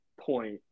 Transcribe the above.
point